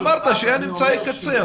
אמרת שאין אמצעי קצה.